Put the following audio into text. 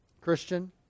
Christian